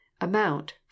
Amount